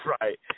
Right